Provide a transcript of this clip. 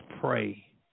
pray